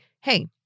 hey